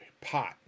pot